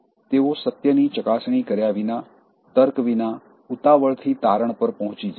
તેઓ સત્યની ચકાસણી કર્યા વિના તર્ક વિના ઉતાવળથી તારણ ઉપર પહોંચી જાય છે